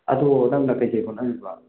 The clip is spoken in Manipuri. ꯑꯗꯣ ꯅꯪꯅ ꯀꯩ ꯀꯩ ꯍꯣꯠꯅꯔꯤꯕ